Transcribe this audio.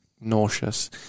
Nauseous